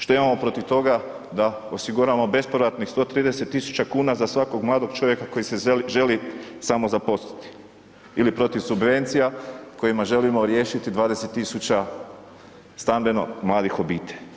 Što imamo protiv toga da osiguramo bespovratnih 130.000 kuna za svakog mladog čovjeka koji se želi samozaposliti ili protiv subvencija kojima želimo riješiti 20.000 stambeno mladih obitelji.